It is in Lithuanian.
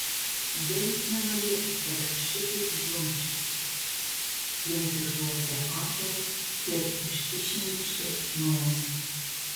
denis nenorėtų kad aš šitaip žliumbčiau ji nusišluostė ašaras ir išsišnypštė nosį